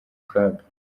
kaga